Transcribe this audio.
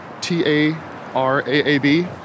T-A-R-A-A-B